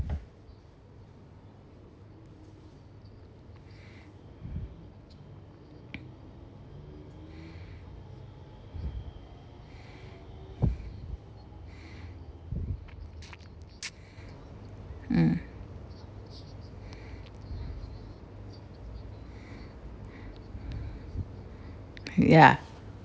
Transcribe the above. mm ya